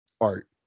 art